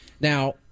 now